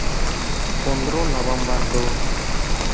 ᱯᱚᱸᱫᱽᱨᱚ ᱱᱚᱵᱷᱮᱢᱵᱚᱨ ᱫᱚ